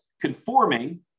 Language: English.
conforming